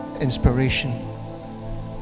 inspiration